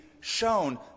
shown